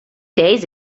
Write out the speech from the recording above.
days